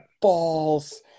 balls